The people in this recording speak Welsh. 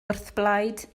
wrthblaid